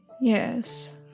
Yes